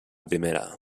primera